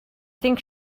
think